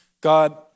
God